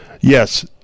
yes